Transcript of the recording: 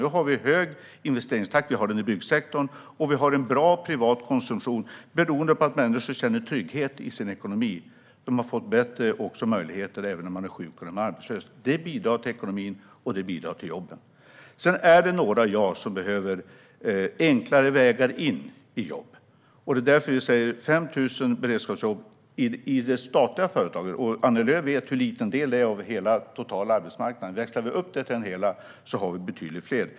Nu har vi hög investeringstakt i byggsektorn, och vi har en bra privat konsumtion beroende på att människor känner trygghet i sin ekonomi. De har fått bättre möjligheter även när de är sjuka eller arbetslösa. Det bidrar till ekonomin, och det bidrar till jobben. Sedan är det några som behöver enklare vägar in i jobb - ja. Det är därför vi har 5 000 beredskapsjobb i de statliga företagen. Du vet hur liten del det är av den totala arbetsmarknaden, Annie Lööf, men växlar vi upp detta till hela arbetsmarknaden har vi betydligt fler jobb.